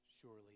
surely